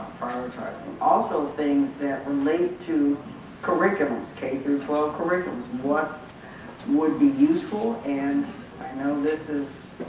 prioritizing. also things that relate to curriculums, k through twelve curriculums. what would be useful, and you know this is